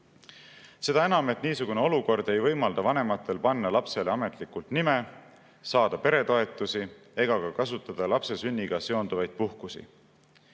läbivaatusel. Niisugune olukord ei võimalda vanematel panna lapsele ka ametlikult nime, saada peretoetusi ega kasutada lapse sünniga seonduvaid puhkusi.